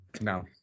no